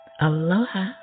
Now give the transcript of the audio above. Aloha